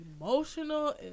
emotional